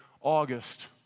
August